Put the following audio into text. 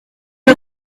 rue